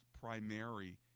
primary